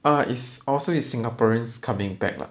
uh it's also it's singaporeans coming back lah